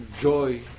joy